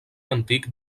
antic